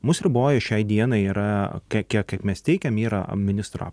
mus riboja šiai dienai yra kie kiek mes teikiam yra ministro